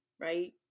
Right